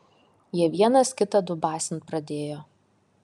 jie vienas kitą dubasint pradėjo